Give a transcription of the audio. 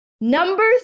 number